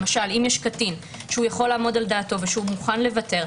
למשל אם יש קטין שיכול לעמוד על דעתו ושמוכן לוותר,